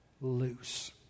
loose